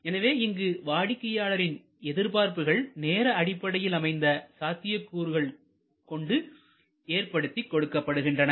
எனவே இங்கு வாடிக்கையாளரின் எதிர்பார்ப்புகள் நேர அடிப்படையில் அமைந்த சாத்தியக்கூறுகள் கொண்டு ஏற்படுத்திக் கொடுக்கப்படுகின்றன